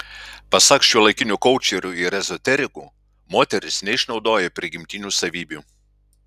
pasak šiuolaikinių koučerių ir ezoterikų moteris neišnaudoja prigimtinių savybių